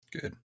Good